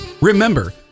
Remember